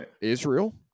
Israel